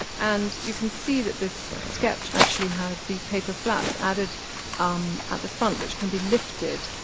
and you can see that this sketch actually has these paper flaps added at the front which can be lifted,